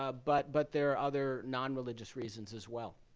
ah but but there're other non-religious reasons as well.